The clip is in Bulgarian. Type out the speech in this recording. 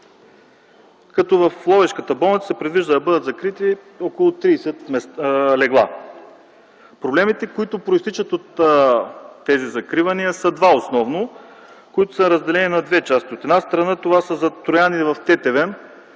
като в Ловешката болница се предвижда да бъдат закрити около 30 легла. Проблемите, които произтичат от тези закривания, са основно два – разделени на две части. От една страна, те са за Троян и Тетевен